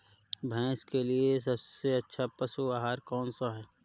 भैंस के लिए सबसे अच्छा पशु आहार कौन सा है?